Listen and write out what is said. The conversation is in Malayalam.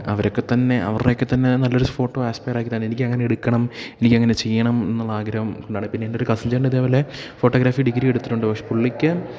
അവരൊക്കെത്തന്നെ അവരുടെയൊക്കെത്തന്നെ നല്ലൊരു ഫോട്ടോ ആസ്പ്പെയറാക്കിത്തന്നെ എനിക്കങ്ങനെടുക്കണം എനിക്കങ്ങനെ ചെയ്യണമെന്നുള്ളാഗ്രഹം കൊണ്ടാണ് പിന്നെൻറ്റൊരു കസിൻ ചേട്ടനിതേ പോലെ ഫോട്ടോഗ്രാഫി ഡിഗ്രിയെടുത്തിട്ടുണ്ട് പക്ഷേ പുള്ളിക്ക്